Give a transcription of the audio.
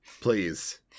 please